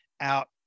out